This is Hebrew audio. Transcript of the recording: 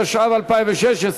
התשע"ו 2016,